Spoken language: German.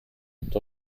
und